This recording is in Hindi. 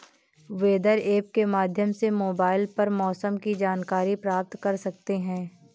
वेदर ऐप के माध्यम से मोबाइल पर मौसम की जानकारी प्राप्त कर सकते हैं